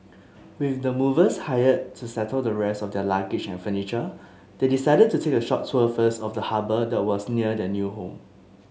with the movers hired to settle the rest of their luggage and furniture they decided to take a short tour first of the harbour that was near their new home